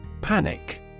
Panic